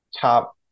top